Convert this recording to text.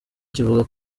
kivuga